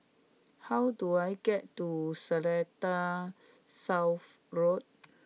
how do I get to Seletar South Road